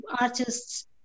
artists